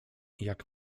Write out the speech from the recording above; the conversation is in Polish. jak